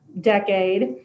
decade